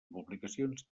publicacions